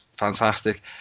fantastic